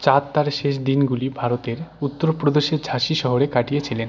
চাঁদ তার শেষ দিনগুলি ভারতের উত্তর প্রদেশের ঝাঁসি শহরে কাটিয়েছিলেন